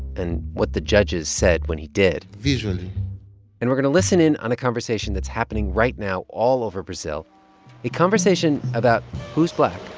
and what the judges said when he did. visually and we're going to listen in on a conversation that's happening right now all over brazil a conversation about who's black.